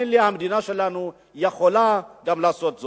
תאמין לי, המדינה שלנו יכולה גם לעשות זאת.